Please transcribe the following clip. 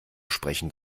sprechen